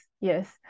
yes